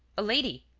a lady.